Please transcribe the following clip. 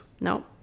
no